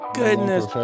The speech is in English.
goodness